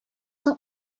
соң